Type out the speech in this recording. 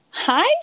Hi